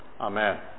Amen